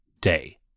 day